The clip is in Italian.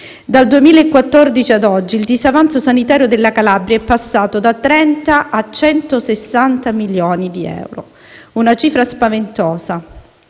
Dal 2014 ad oggi il disavanzo sanitario della Calabria è passato da 30 a 160 milioni di euro. Una cifra spaventosa,